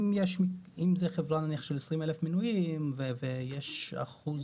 אם זו חברה של 20,000 מנויים, נניח, ויש 1%,